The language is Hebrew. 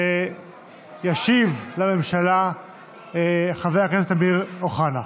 ישיב לממשלה חבר הכנסת אמיר אוחנה.